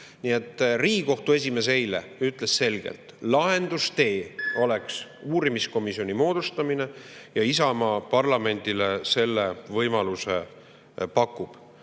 Riigikohtu esimees ütles eile selgelt, et lahendustee oleks uurimiskomisjoni moodustamine. Isamaa parlamendile selle võimaluse pakub.